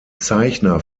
zeichner